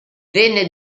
venne